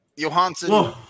Johansson